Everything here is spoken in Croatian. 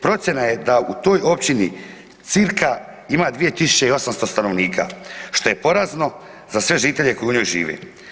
Procjena je da u toj općini circa ima 2800 stanovnika, što je porazno za sve žitelje koji u njoj žive.